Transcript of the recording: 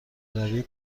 روی